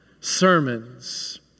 sermons